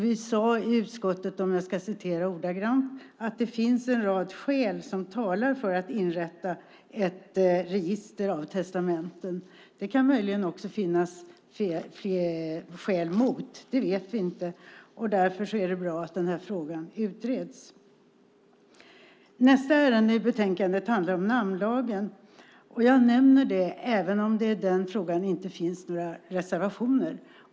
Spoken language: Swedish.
Vi sade i utskottet, om jag ska citera ordagrant, att "en rad skäl kan anföras för inrättandet av register för testamenten". Det kan möjligen också finnas skäl mot. Det vet vi inte. Därför är det bra att den här frågan utreds. Nästa ärende i betänkandet handlar om namnlagen. Jag nämner det även om det i den frågan inte finns några reservationer.